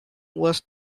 was